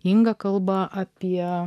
inga kalba apie